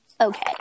okay